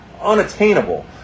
unattainable